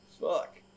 Fuck